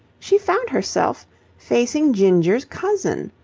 she found herself facing ginger's cousin,